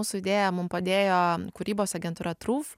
mūsų idėja mum padėjo kūrybos agentūra truth